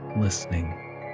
listening